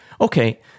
Okay